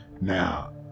Now